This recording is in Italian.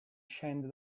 scende